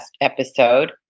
episode